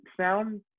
sound